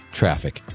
traffic